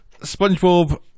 Spongebob